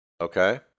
Okay